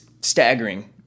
staggering